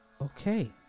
Okay